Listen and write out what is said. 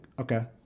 okay